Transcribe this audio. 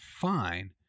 fine